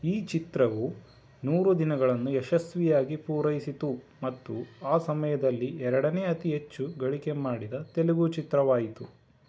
ಈ ಚಿತ್ರವು ನೂರು ದಿನಗಳನ್ನು ಯಶಸ್ವಿಯಾಗಿ ಪೂರೈಸಿತು ಮತ್ತು ಆ ಸಮಯದಲ್ಲಿ ಎರಡನೇ ಅತಿ ಹೆಚ್ಚು ಗಳಿಕೆ ಮಾಡಿದ ತೆಲುಗು ಚಿತ್ರವಾಯಿತು